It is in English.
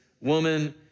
woman